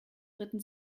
ritten